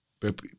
Pep